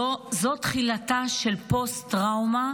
זו תחילתה של פוסט-טראומה.